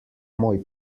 moj